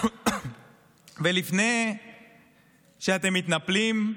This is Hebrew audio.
לפני שאתם מתנפלים,